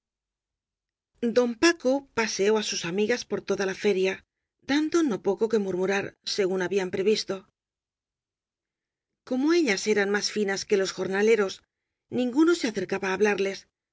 don paco paseó á sus amigas por toda la feria dando no poco que murmurar según habían pre visto como ellas eran más finas que los jornaleros ninguno se acercaba á hablarles